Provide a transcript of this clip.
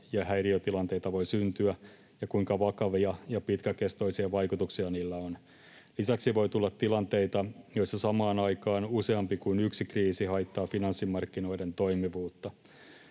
ja häiriötilanteita voi syntyä ja kuinka vakavia ja pitkäkestoisia vaikutuksia niillä on. Lisäksi voi tulla tilanteita, joissa samaan aikaan useampi kuin yksi kriisi haittaa finanssimarkkinoiden toimivuutta.